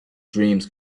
dreams